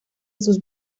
sus